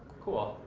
cool.